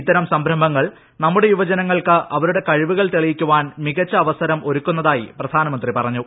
ഇത്തരം സംരംഭങ്ങൾ നമ്മുടെ യുവജനങ്ങൾക്ക് അവരുടെ കഴിവുകൾ തെളിയിക്കാൻ മികച്ച അവസരം ഒരുക്കുന്നതായി പ്രധാനമന്ത്രി പറഞ്ഞു